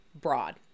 broad